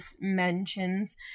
mentions